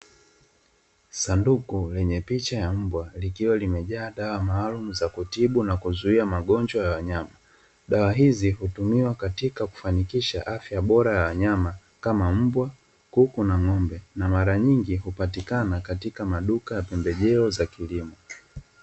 Sanduku lenye picha ya mbwa likiwa limejaa dawa maalumu za kutibu na kuzuia magonjwa ya wanyama. Dawa hizi hutumiwa katika kifanikisha afya bora ya wanyama kama; mbwa, kuku na ng’ombe na mara nyingi hupatikana katika maduka ya pembejeo za kilimo.